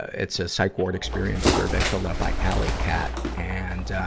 it's a psych ward experience survey filled out by alley cat. and, ah,